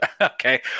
okay